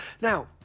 Now